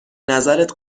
نظرت